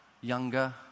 younger